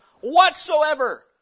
whatsoever